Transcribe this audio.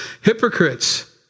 hypocrites